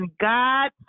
God